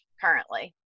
currently